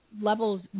levels